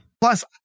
plus